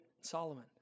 Solomon